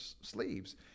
sleeves